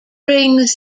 brings